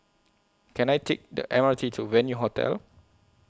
Can I Take The M R T to Venue Hotel